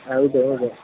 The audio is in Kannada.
ಹೌದು ಹೌದು